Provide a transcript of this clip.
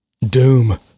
Doom